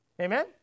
Amen